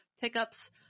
pickups